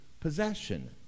possession